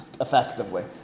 effectively